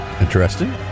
Interesting